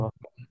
Okay